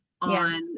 on